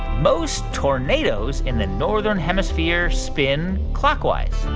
most tornadoes in the northern hemisphere spin clockwise?